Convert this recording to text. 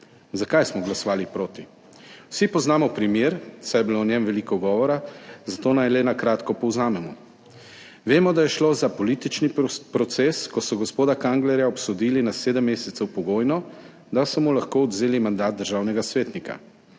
Zakaj smo glasovali proti? Vsi poznamo primer, saj je bilo o njem veliko govora, zato naj le na kratko povzamemo. Vemo, da je šlo za politični proces, ko so gospoda Kanglerja obsodili na sedem mesecev pogojno, da so mu lahko odvzeli mandat državnega svetnika.